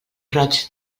roig